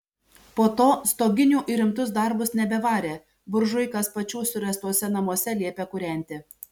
po to stoginių į rimtus darbus nebevarė buržuikas pačių suręstuose namuose liepė kūrenti